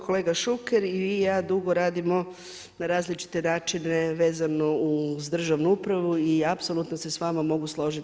Kolega Šuker, i vi i ja dugo radimo na različite načine vezano uz državnu upravu i apsolutno se s vama mogu složiti.